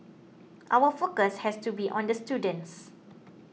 our focus has to be on the students